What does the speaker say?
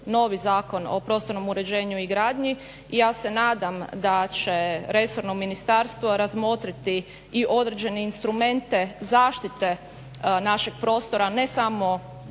novi Zakon o prostornom uređenju i gradnji. Ja se nadam da će resorno ministarstvo razmotriti i određeni instrumente zaštite našeg prostora, ne samo